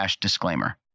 disclaimer